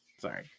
Sorry